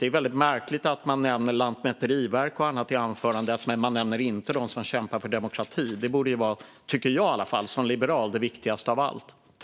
Det är väldigt märkligt att man nämner Lantmäteriverket och annat i anförandet, men man nämner inte dem som kämpar för demokrati. Det tycker jag som liberal borde vara det viktigaste av allt.